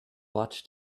watched